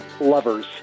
lovers